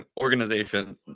organization